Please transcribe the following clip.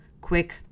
quick